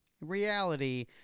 reality